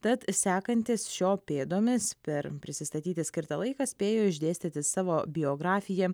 tad sekantis šio pėdomis per prisistatyti skirtą laiką spėjo išdėstyti savo biografiją